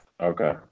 Okay